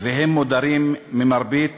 והם מודרים ממרבית